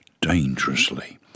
dangerously